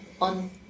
on